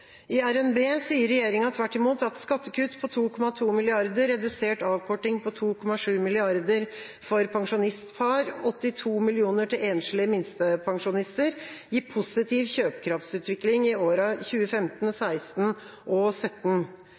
I RNB sier regjeringa tvert imot at skattekutt på 2,2 mrd. kr, redusert avkorting på 2,7 mrd. kr for pensjonistpar og 82 mill. kr til enslige minstepensjonister gir positiv kjøpekraftsutvikling i årene 2015–2016 og